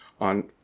On